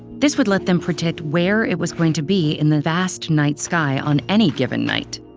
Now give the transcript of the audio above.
this would let them predict where it was going to be in the vast night sky on any given night.